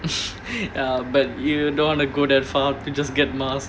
ya but you don't want to go that far to just get mask